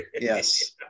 yes